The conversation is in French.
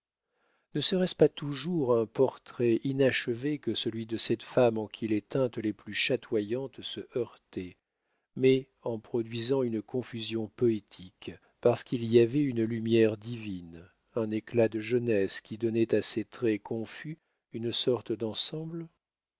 ne serait-ce pas toujours un portrait inachevé que celui de cette femme en qui les teintes les plus chatoyantes se heurtaient mais en produisant une confusion poétique parce qu'il y avait une lumière divine un éclat de jeunesse qui donnait à ces traits confus une sorte d'ensemble